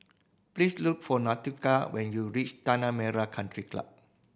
please look for Nautica when you reach Tanah Merah Country Club